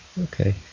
Okay